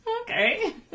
Okay